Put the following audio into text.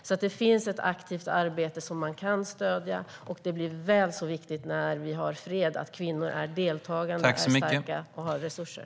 Det finns alltså ett aktivt arbete som man kan stödja, och när vi har fred blir det väl så viktigt att kvinnor deltar, är starka och har resurser.